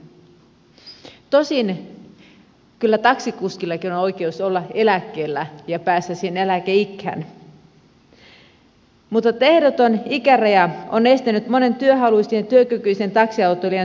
tosin kyllä taksikuskillakin on oikeus olla eläkkeellä ja päästä sinne eläkeikään mutta ehdoton ikäraja on estänyt monen työhaluisen ja työkykyisen taksiautoilijan työnteon jatkamisen